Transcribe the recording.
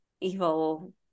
evil